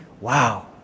Wow